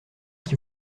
qui